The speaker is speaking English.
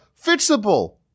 fixable